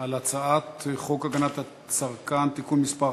על הצעת חוק הגנת הצרכן (תיקון מס'